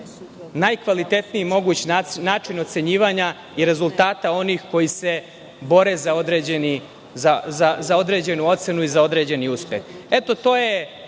najkvalitetniji mogući način ocenjivanja i rezultata onih koji se bore za određenu ocenu i za određeni uspeh. To su